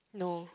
no